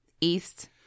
East